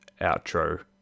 outro